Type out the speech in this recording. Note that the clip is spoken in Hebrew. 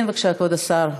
כן, בבקשה, כבוד השר,